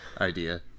idea